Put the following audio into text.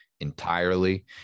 entirely